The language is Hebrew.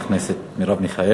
תודה רבה, חברת הכנסת מרב מיכאלי.